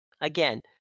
again